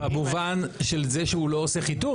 במובן של זה שהוא לא עושה חיתום.